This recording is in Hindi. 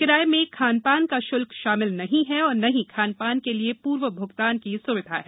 किराये में खानपान का श्ल्क शामिल नहीं है और न ही खानपान के लिए पूर्व भ्गतान की स्विधा है